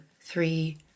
three